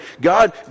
God